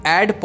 Add